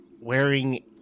wearing